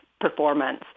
performance